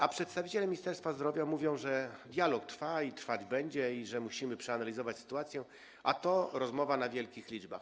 A przedstawiciele Ministerstwa Zdrowia mówią, że dialog trwa i trwać będzie i że muszą przeanalizować sytuację, że to rozmowa o wielkich liczbach.